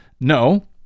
No